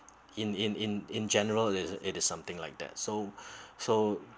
in in in in general is it something like that so so